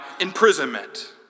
imprisonment